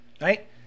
right